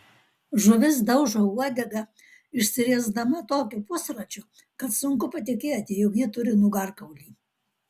žuvis daužo uodega išsiriesdama tokiu pusračiu kad sunku patikėti jog ji turi nugarkaulį